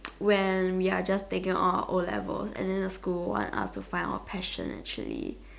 when we are just taken our O-levels and the school want us to find our passion actually